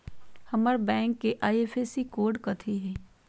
हमर बैंक के IFSC code कथि हई?